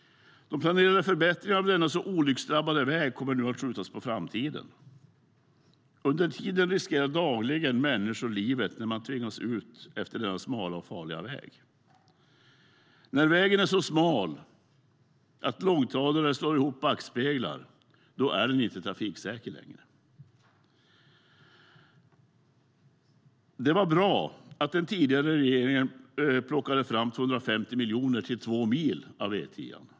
De planerade förbättringarna av denna så olycksdrabbade väg kommer nu att skjutas på framtiden. Under tiden riskerar dagligen människor livet när de tvingas ut efter denna smala och farliga väg. När vägen är så smal att långtradare slår ihop backspeglar är den inte trafiksäker längre. Det var bra att den tidigare regeringen plockade fram 250 miljoner till två mil av E10:an.